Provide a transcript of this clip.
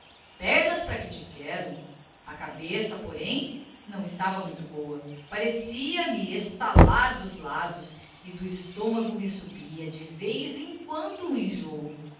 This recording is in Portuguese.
pernas para que te quero a cabeça porém não estava muito boa parecia me estalar dos lados e do estômago me subia de vez em quando um enjoo